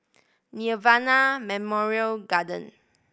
Nirvana Memorial Garden